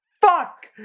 fuck